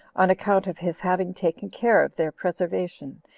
on account of his having taken care of their preservation,